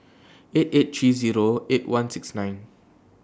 eight eight three Zero eight one six nine